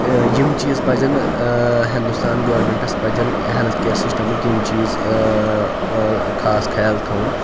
یِم چیٖز پَزن نہٕ ہِندوستان گورمنٹَس پَزن ہیٚلتھ کیر سِسٹَمٕکۍ یِم چیٖز خاص خَیال تھاوُن